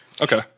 Okay